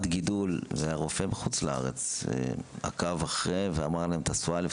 גידול והרופא בחו"ל עקב עם מצלמה ואמר לעשות א',